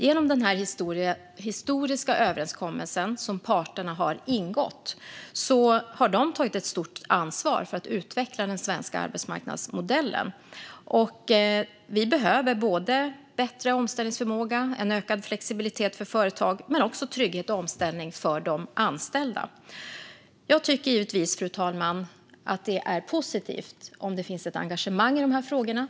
Genom den historiska överenskommelse som parterna har ingått har de tagit ett stort ansvar för att utveckla den svenska arbetsmarknadsmodellen. Vi behöver både bättre omställningsförmåga, ökad flexibilitet för företagen och trygghet i omställning för de anställda. Jag tycker givetvis, fru talman, att det är positivt om det finns ett engagemang i dessa frågor.